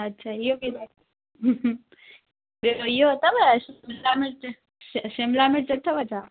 अछा इहो केरु आहे ॿियो इहो अथव शिमिला मिर्चु शि शिमिला मिर्चु अथव छा